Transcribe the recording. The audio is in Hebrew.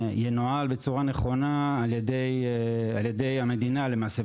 ינוהל בצורה נכונה על ידי המדינה למעשה,